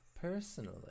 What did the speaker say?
personally